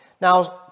Now